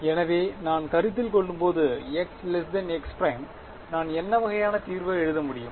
எனவே நான் கருத்தில் கொள்ளும்போது x x′ நான் என்ன வகையான தீர்வை எழுத முடியும்